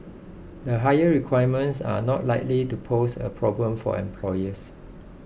the higher requirements are not likely to pose a problem for employers